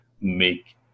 make